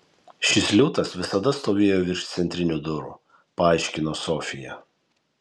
šis liūtas visada stovėjo virš centrinių durų paaiškino sofija